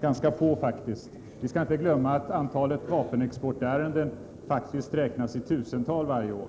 ganska få länder; vi skall inte glömma att antalet vapenexportärenden totalt faktiskt räknas i tusental varje år.